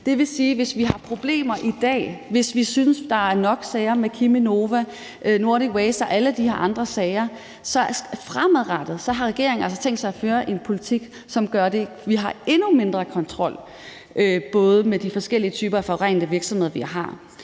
Det vil sige, at hvis vi har problemer i dag, hvis vi synes, der er nok sager med Cheminova, Nordic Waste og alle de her andre sager, så har regeringen altså tænkt sig fremadrettet at føre en politik, som gør, at vi har endnu mindre kontrol med de forskellige typer af forurenende virksomheder, vi har.